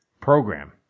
program